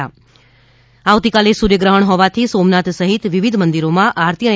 ષ્માવતીકાલે સૂર્યગ્રહણ હોવાથી સોમનાથ સહિત વિવિધ મંદિરોમાં આરતી અને